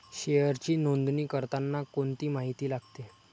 शेअरची नोंदणी करताना कोणती माहिती लागते?